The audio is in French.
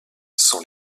sont